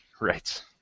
Right